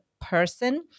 person